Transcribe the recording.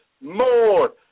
more